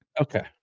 okay